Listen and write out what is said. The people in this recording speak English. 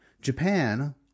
Japan